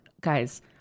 guys